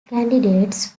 candidates